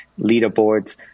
leaderboards